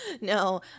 No